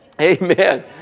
Amen